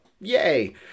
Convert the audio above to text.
yay